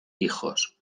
hijos